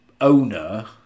owner